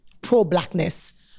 pro-blackness